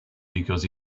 because